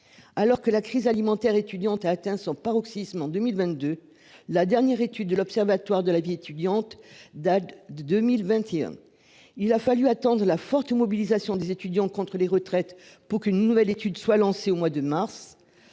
alors que la crise alimentaire étudiante a atteint son paroxysme en 2022. La dernière étude de l'Observatoire de la vie étudiante date de 2021. Il a fallu attendre la forte mobilisation des étudiants contre les retraites pour qu'une nouvelle étude soit lancée au mois de mars.